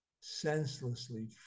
senselessly